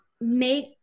make